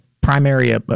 primary